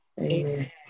Amen